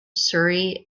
surrey